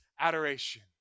adoration